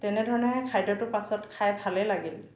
তেনেধৰণে খাদ্যটো পাছত খাই ভালেই লাগিল